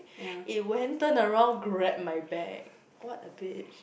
it went turn around grab my bag what a bitch